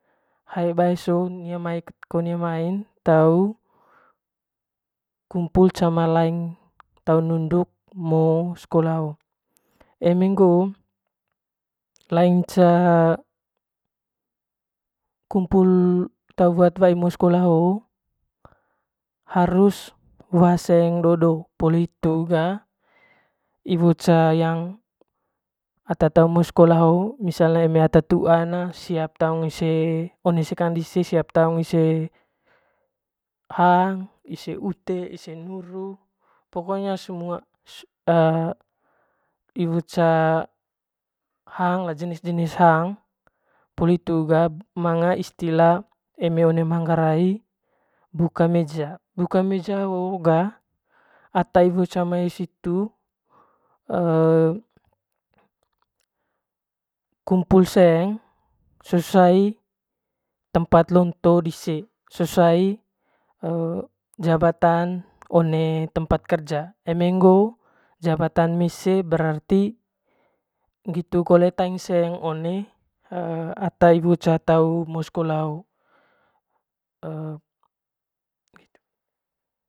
Hae bae soo nia mai kot nia mai tau lumpul cama laing tau nunduk ngo skola hoo eme ngoo laing ca kumpul tau wuat wwai ngo skola hoo harus wa seng do- do poli hitu ga iwo ca yang ata tau emo skola hoo misaln eme ata tuan ne siap taung ise one sekang dise siap taung ise hang ise ute ise nuru pokonya semua iwo ca hang jenis jenis hang poli hitu ga manga istila one manggarai buka meja, buka meja hoo ga ata iwo ca mai situ kumpul seng sesuai tempat lonto dise sesuai jabatan one tempat kerja eme ngoo jabata mese brarti ngitu kole taing seng one ata iwo ca tau mo skola hoo.